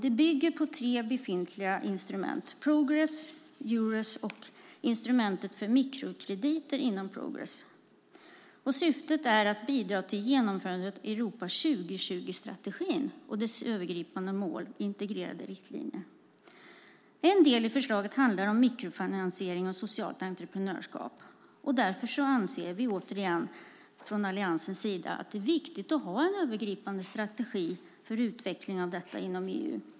Det bygger på tre befintliga instrument, nämligen Progress, Eures och instrumentet för mikrokrediter inom Progress. Syftet är att bidra till genomförandet av Europa 2020-strategin och dess övergripande mål och integrerade riktlinjer. En del av förslaget handlar om mikrofinansiering och socialt entreprenörskap. Därför anser vi, återigen, från Alliansens sida att det är viktigt att ha en övergripande strategi för utveckling av detta inom EU.